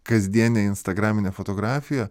kasdienė instagraminė fotografija